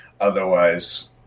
Otherwise